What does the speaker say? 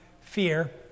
fear